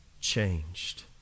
changed